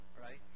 right